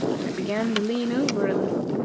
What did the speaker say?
when it began to lean over a little,